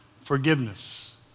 Forgiveness